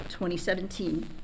2017